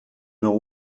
nord